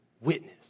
witness